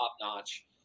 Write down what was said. top-notch